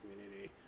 community